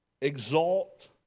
exalt